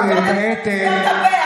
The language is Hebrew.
קודם כול תסתום את הפה.